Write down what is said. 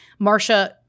Marsha